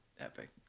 Epic